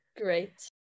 Great